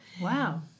Wow